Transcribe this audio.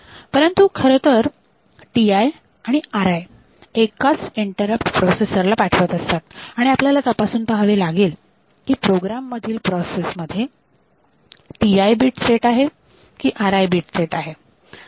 परंतु खरंतर TI आणि RI एकच इंटरप्ट प्रोसेसर ला पाठवत असतात आणि आपल्याला तपासून पहावे लागेल की प्रोग्राम मधील प्रोसेस मध्ये TI बीट सेट आहे की RI बीट सेट आहे